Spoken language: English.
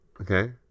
Okay